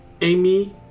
Amy